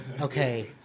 okay